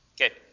Okay